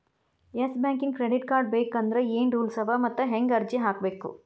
Yes ಬ್ಯಾಂಕಿನ್ credit card ಬೇಕಂದ್ರ ಏನ್ ರೂಲ್ಸವ ಮತ್ತ್ ಹೆಂಗ್ ಅರ್ಜಿ ಹಾಕ್ಬೇಕ?